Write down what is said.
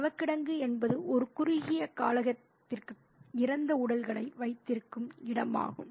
சவக்கிடங்கு என்பது ஒரு குறுகிய காலத்திற்கு இறந்த உடல்களை வைத்திருக்கும் இடமாகும்